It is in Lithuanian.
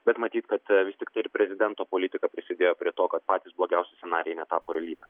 bet matyt kad vis tiktai ir prezidento politika prisidėjo prie to kad patys blogiausi scenarijai ne tapo realybe